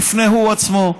יפנה הוא עצמו,